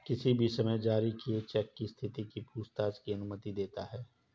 किसी भी समय जारी किए चेक की स्थिति की पूछताछ की अनुमति देता है